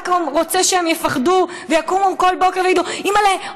רק רוצה שהם יפחדו ויקומו כל בוקר ויגידו: אימאל'ה,